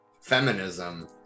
feminism